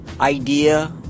idea